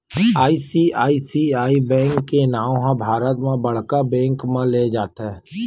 ICICI bank के नांव ह भारत म बड़का बेंक म लेय जाथे